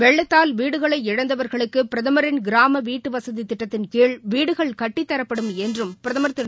வெள்ளத்தால் வீடுகளை இழந்தவர்களுக்குபிரதமரின் கிராமவீட்டுவசதிதிட்டத்தின்கீழ் வீடுகள் கட்டித்தரப்படும் என்றும் பிரதமர் திரு